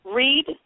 read